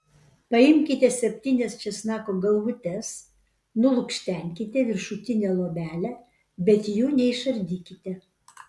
paimkite septynias česnako galvutes nulukštenkite viršutinę luobelę bet jų neišardykite